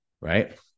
Right